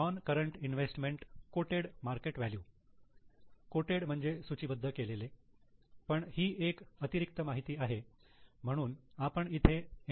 non current investment quoted market value quoted म्हणजे सूचीबद्ध केलेले पण ही एक अतिरिक्त माहिती आहे म्हणून आपण इथे एन